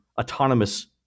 autonomous